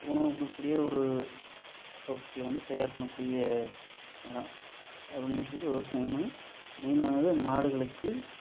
உணவு கொடுக்கக்கூடிய ஒரு பொருட்களை வந்து தயார் பண்ண கூடிய இடம் அதை பண்ணிட்டு இருக்கிறது விவசாயமும் மெயின் ஆனது மாடுகளுக்கு